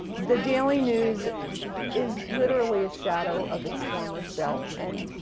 the daily news is literally a shadow of its former self. and,